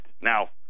Now